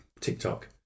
TikTok